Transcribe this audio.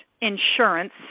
insurance